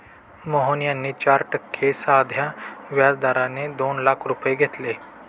मोहन यांनी चार टक्के साध्या व्याज दराने दोन लाख रुपये घेतले